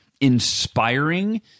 inspiring